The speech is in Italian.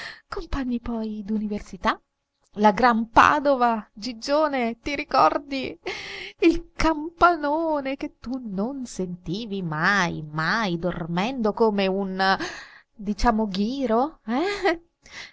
compagni poi d'università la gran padova gigione ti ricordi il campanone che tu non sentivi mai mai dormendo come un diciamo ghiro eh